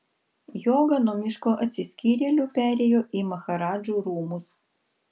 joga nuo miško atsiskyrėlių perėjo į maharadžų rūmus